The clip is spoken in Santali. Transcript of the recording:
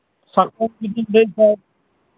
ᱥᱚᱨᱠᱟᱨ ᱴᱷᱤᱠᱜᱮᱭ ᱞᱟᱹᱭᱮᱫ ᱛᱟᱦᱮᱸ